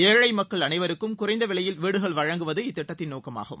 ஏழை மக்கள் அனைவருக்கும் குறைந்த விலையில் வீடுகள் வழங்குவது இத்திட்டத்தின் நோக்கமாகும்